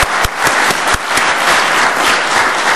(מחיאות כפיים)